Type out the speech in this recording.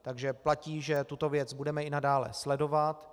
Takže platí, že tuto věc budeme i nadále sledovat.